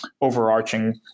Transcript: overarching